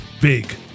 Big